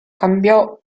cambiò